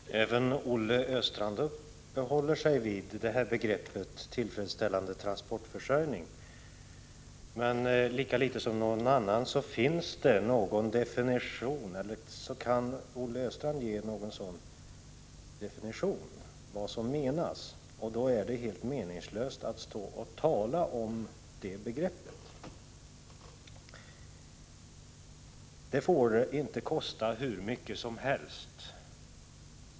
Fru talman! Även Olle Östrand använder sig av begreppet tillfredsställande transportförsörjning. Lika litet som någon annan kan Olle Östrand ge någon definition av detta, och då är det helt meningslöst att tala om det begreppet. Det får inte kosta hur mycket som helst.